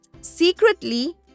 secretly